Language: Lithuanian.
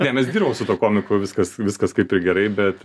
ne mes dirbom su komiku viskas viskas kaip ir gerai bet